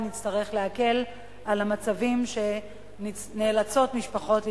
נצטרך להקל את המצבים שעמם נאלצות משפחות להתמודד.